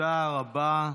תודה רבה.